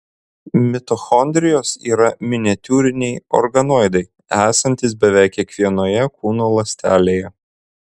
mitochondrijos yra miniatiūriniai organoidai esantys beveik kiekvienoje kūno ląstelėje